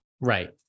Right